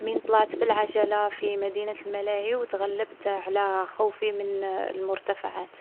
من طلعت في العجلة في مدينة الملاهي و تغلبت على خوفي من المرتفعات.